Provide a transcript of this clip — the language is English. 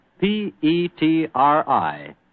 P-E-T-R-I